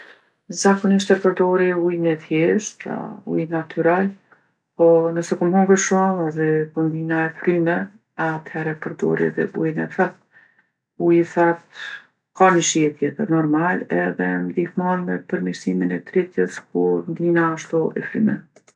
Zakonisht e përdori ujin e thjeshtë ujin natyral, po nëse kom hongër shumë edhe po ndihna e fryne, athere e përdori edhe ujin e tharptë. Uji tharptë ka ni shije tjetër, normal, edhe m'ndihmon me përmirsimin e trejtjes kur ndihna ashtu e fryme